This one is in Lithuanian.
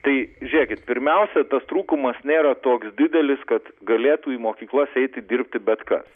tai žiūrėkit pirmiausia tas trūkumas nėra toks didelis kad galėtų į mokyklas eiti dirbti bet kas